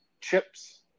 Chips